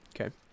Okay